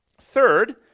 Third